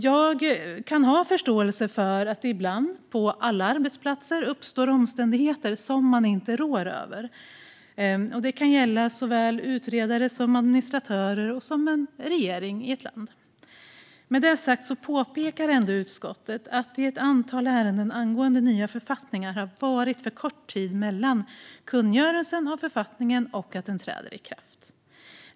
Jag kan ha förståelse för att det ibland på alla arbetsplatser uppstår omständigheter som man inte råder över. Det kan gälla utredare, administratörer eller en regering. Med det sagt påpekar ändå utskottet att det i ett antal ärenden angående nya författningar har varit för kort tid mellan kungörelsen av författningen och att den träder i kraft.